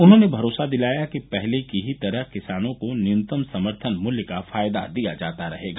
उन्होंने भरोसा दिलाया कि पहले की ही तरह किसानों को न्यूनतम समर्थन मूल्य का फायदा दिया जाता रहेगा